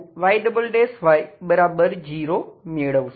Y0 મેળવશો